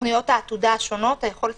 בתוכניות העתודה השונות ואת הנתון על היכולת